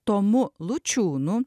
tomu lučiūnu